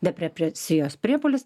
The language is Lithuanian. depresijos priepuolis